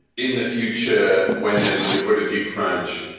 in the future, when there's a liquidity crunch,